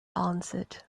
answered